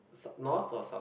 sou~ north or south